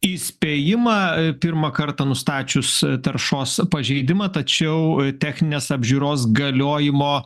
įspėjimą pirmą kartą nustačius taršos pažeidimą tačiau techninės apžiūros galiojimo